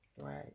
Right